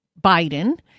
Biden